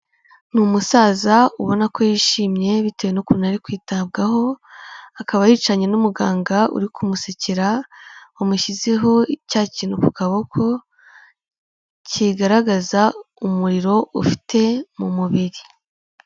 Ni umusaza ubona ko yishimye bitewe n'ukuntu ari kwitabwaho akaba yicaranye n'umuganga uri kumusekera amushyizeho cya kintu ku kaboko kigaragaza umuriro ufite mu mubiri.